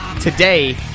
Today